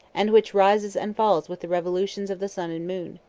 and which rises and falls with the revolutions of the sun and moon.